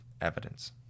evidence